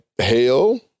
hell